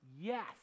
Yes